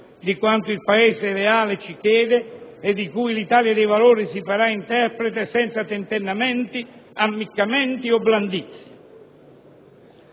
di quanto il Paese reale ci chiede e di cui l'Italia dei Valori si farà interprete senza tentennamenti, ammiccamenti o blandizie.